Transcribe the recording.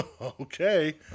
Okay